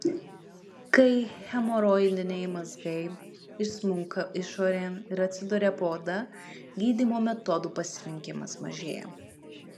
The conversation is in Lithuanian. kai hemoroidiniai mazgai išsmunka išorėn ir atsiduria po oda gydymo metodų pasirinkimas mažėja